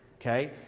Okay